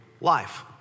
life